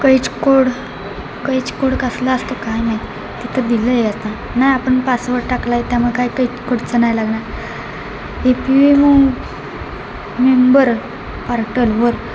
catch code captcha code कसला असतो काय माहीत तिथं दिलं आहे आता नाही आपण पासवर्ड टाकला आहे त्यामुळे काय कैच कोडचं नाही लागणार ए पी एम मेंबर पार्टलवर